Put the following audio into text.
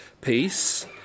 peace